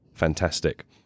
fantastic